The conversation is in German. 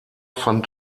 fand